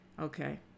Okay